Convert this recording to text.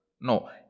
No